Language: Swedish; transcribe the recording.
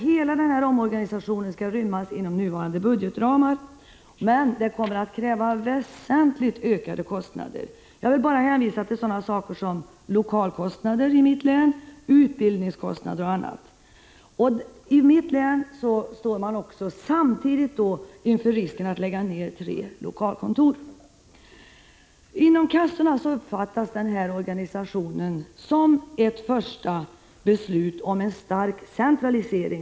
Hela omorganisationen skall rymmas inom nuvarande budgetramar, men den kommer att förorsaka väsentligt ökade kostnader. Jag vill bara hänvisa till sådana saker som lokalkostnader, vilket blir aktuellt i mitt län, och utbildningskostnader. I mitt län står vi samtidigt inför risken att tre lokalkontor läggs ned. Inom kassorna uppfattas omorganisationen som ett första beslut om en stark centralisering.